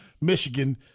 Michigan